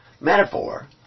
metaphor